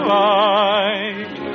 light